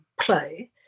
play